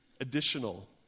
additional